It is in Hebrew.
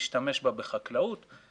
סמנכ"ל משאבי